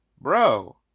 bro